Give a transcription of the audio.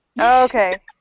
okay